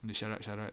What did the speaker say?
the syarat-syarat